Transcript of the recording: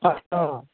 अच्छा